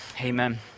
amen